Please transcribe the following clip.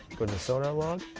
go to sonar log.